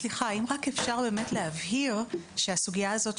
אם אפשר רק להבהיר שהסוגיה הזו,